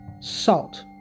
salt